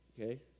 okay